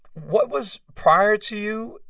what was prior to you,